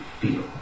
feel